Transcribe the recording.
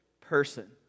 person